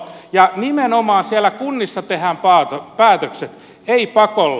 ja nimenomaan siellä kunnissa tehdään päätökset ei pakolla